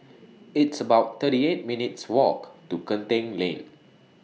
It's about thirty eight minutes' Walk to Genting Lane